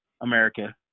America